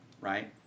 right